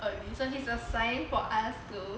early so he's a sign for us to